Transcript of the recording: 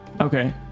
okay